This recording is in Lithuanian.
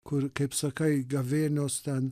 kur kaip sakai gavėnios ten